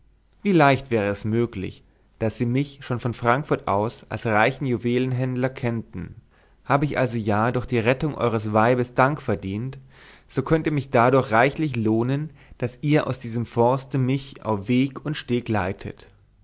wie leicht wär es möglich daß sie mich schon von frankfurt aus als reichen juwelenhändler kennten hab ich also ja durch die rettung eures weibes dank verdient so könnt ihr mich dadurch reichlich lohnen daß ihr aus diesem forste mich auf weg und steg leitet